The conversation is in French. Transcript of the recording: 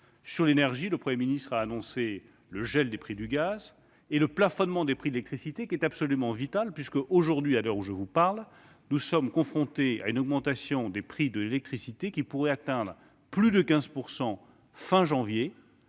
Sur l'énergie, d'abord, le Premier ministre a annoncé le gel des prix du gaz et le plafonnement des prix de l'électricité, qui est absolument vital, puisque, aujourd'hui, à l'heure où je vous parle, nous sommes confrontés à une augmentation des prix de l'électricité qui pourrait atteindre plus de 15 % à la fin